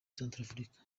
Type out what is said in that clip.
centrafrique